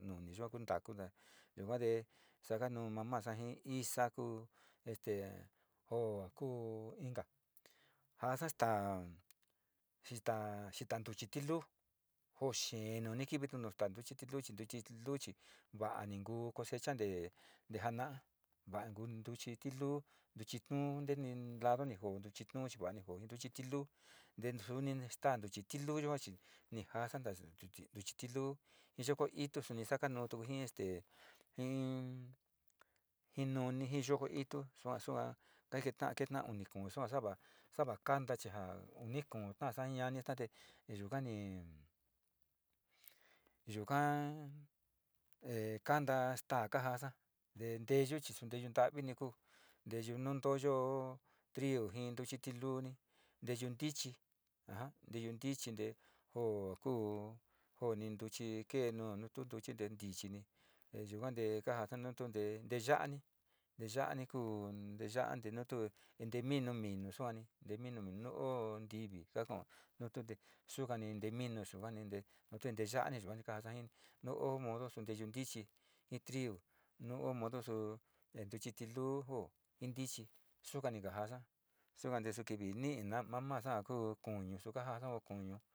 Juni yo ku ntaku yuga te sakunu mamasa ji isa ku este ku inka jaasa staa, xita, xita, ntuchi tilúú, jo xee nuni kivitu nu staa ntuchi tiluu ntuchi tiluu va'a nkuu cosecha on te ja ana'a, va'a nkuu ntuchi tiluu ntuchi tuu nte lado ni joo ntuchi tuu chi va'a ni joo ji ntuchi tiluu te juni ni sta'a ntuchi tiluu yua chi ni jasa vasa ntuchi tiluu ji yoko itu suni saca nuutu ji este jii nunijii yoko itu sua, sua kajeta'a na uni kuu sua sa va'a sava kanta chi ja kuu ta'asa ji nanisa te in yaga ni na yukaa, e kanta staa kajaasa te nteyu chi nteeyu ntavini chi je kuu nteeyu nu ntuyo, triu ji ntuchi tiluu suni nteyu ntichi aja nteyu ntichi nte jo ku jo, jo ni ntuchi kee nu tu, tu te ntichi ni te yuga te kajasa nutu te nteya'ani nteya'ani ku nteya'a in tee ninu, minu suani, tee ninu nu oo ntivi kakao nu tu te sukani nteminu suani te nutu nteya'ani kasaji o modo si nteyu ntichi jitriu nu o modo su ntuchi tiluu luu jo ji ntichi sukani ni kajasa suka ntee kivi ni'i na mamasa ja kuu kuñu su kaa jasa